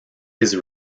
his